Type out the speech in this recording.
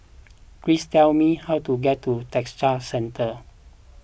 please tell me how to get to Textile Centre